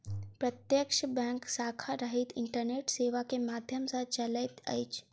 प्रत्यक्ष बैंक शाखा रहित इंटरनेट सेवा के माध्यम सॅ चलैत अछि